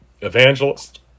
evangelist